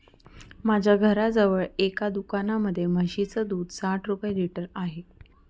माझ्या घराजवळ एका दुकानामध्ये म्हशीचं दूध साठ रुपये लिटर आहे